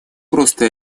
просто